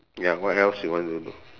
ya what else you want to do